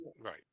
right